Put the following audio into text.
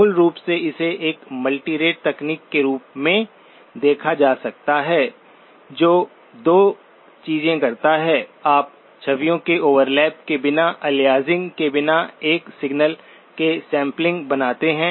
मूल रूप से इसे एक मल्टीरेट तकनीक के रूप में देखा जा सकता है जो 2 चीजें करता है आप छवियों के ओवरलैप के बिना अलियासिंग के बिना एक सिग्नल के सैंपलिंग बनाते हैं